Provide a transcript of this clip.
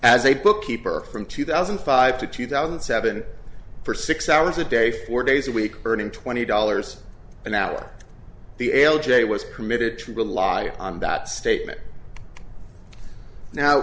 as a bookkeeper from two thousand and five to two thousand and seven for six hours a day four days a week earning twenty dollars an hour the l j was permitted to rely on that statement now